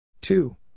Two